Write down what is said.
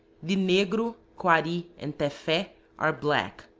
the negro, coary, and teffe are black.